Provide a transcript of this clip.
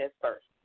first